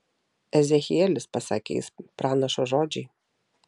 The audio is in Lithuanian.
ezechielis pasakė jis pranašo žodžiai